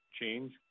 change